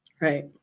right